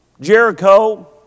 Jericho